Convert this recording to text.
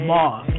Moss